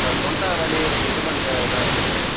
தொண்ட வலி கொஞ்சம் இருமல் இதாக இருக்குது